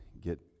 get